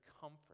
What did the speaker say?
comfort